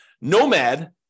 nomad